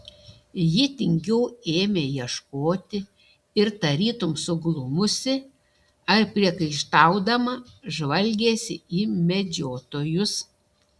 ji tingiau ėmė ieškoti ir tarytum suglumusi ar priekaištaudama žvalgėsi į medžiotojus